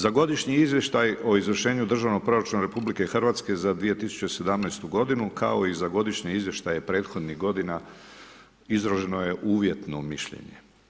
Za Godišnji izvještaj o izvršenju Državnog proračuna RH za 2017. godinu kao i za godišnje izvještaje prethodnih godina izraženo je uvjetno mišljenje.